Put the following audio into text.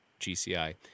GCI